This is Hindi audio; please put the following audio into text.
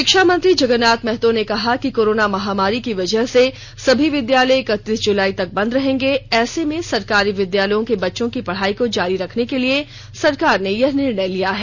शिक्षा मंत्री जगन्नाथ महतो ने कहा कि कोरोना महामारी की वजह से सभी विद्यालय इकतीस जुलाई तक बंद रहेंगे ऐसे में सरकारी विद्यालयों के बच्चों की पढ़ाई को जारी रखने के लिए सरकार ने यह निर्णय लिया है